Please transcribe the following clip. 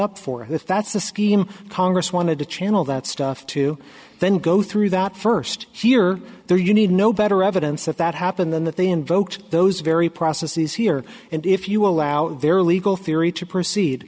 if that's the scheme congress wanted to channel that stuff to then go through that first here there you need no better evidence that that happened than that they invoked those very processes here and if you allow their legal theory to proceed